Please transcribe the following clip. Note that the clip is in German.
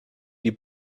die